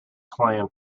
clan